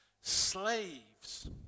Slaves